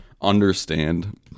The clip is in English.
understand